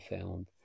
found